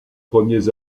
premiers